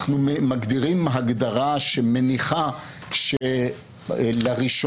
אנחנו מגדירים הגדרה שמניחה שלראשונה